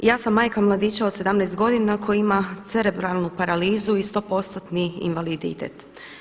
Ja sam majka mladića od 17 godina koji ima cerebralnu paralizu i stopostotni invaliditet.